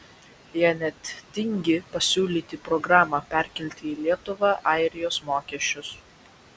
jie net tingi pasiūlyti programą perkelti į lietuvą airijos mokesčius